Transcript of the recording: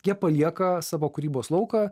jie palieka savo kūrybos lauką